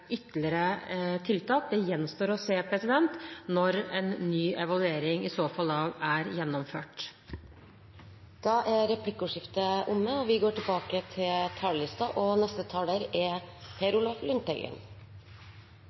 ytterligere tiltak – det gjenstår å se – når en ny evaluering i så fall er gjennomført. Replikkordskiftet er dermed omme.